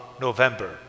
November